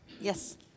Yes